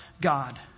God